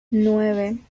nueve